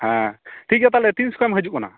ᱦᱮᱸ ᱴᱷᱤᱠ ᱜᱮᱭᱟ ᱛᱟᱦᱚᱞᱮ ᱛᱤᱱ ᱥᱳᱢᱚᱭ ᱮᱢ ᱦᱤᱡᱩᱜ ᱠᱟᱱᱟ